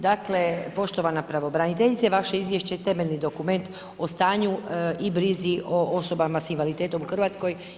Dakle, poštovana pravobraniteljice, vaše izvješće je temeljni dokument o stanju i brizi o osobama sa invaliditetom u Hrvatskoj.